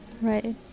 Right